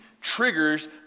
triggers